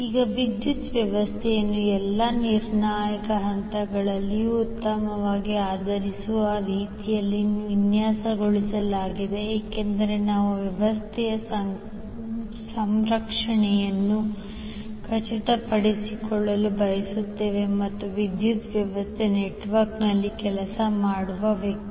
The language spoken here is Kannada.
ಈಗ ವಿದ್ಯುತ್ ವ್ಯವಸ್ಥೆಯನ್ನು ಎಲ್ಲಾ ನಿರ್ಣಾಯಕ ಹಂತಗಳಲ್ಲಿಯೂ ಉತ್ತಮವಾಗಿ ಆಧರಿಸಿರುವ ರೀತಿಯಲ್ಲಿ ವಿನ್ಯಾಸಗೊಳಿಸಲಾಗಿದೆ ಏಕೆಂದರೆ ನಾವು ವ್ಯವಸ್ಥೆಯ ಸುರಕ್ಷತೆಯನ್ನು ಖಚಿತಪಡಿಸಿಕೊಳ್ಳಲು ಬಯಸುತ್ತೇವೆ ಮತ್ತು ವಿದ್ಯುತ್ ವ್ಯವಸ್ಥೆ ನೆಟ್ವರ್ಕ್ನಲ್ಲಿ ಕೆಲಸ ಮಾಡುವ ವ್ಯಕ್ತಿ